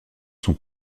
sont